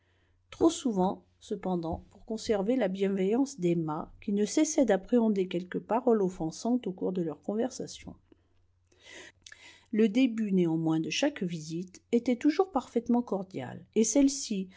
trop souvent cependant pour conserver la bienveillance d'emma qui ne cessait d'appréhender quelque parole offensante au cours de leurs conversations le début néanmoins de chaque visite était toujours parfaitement cordial et celle-ci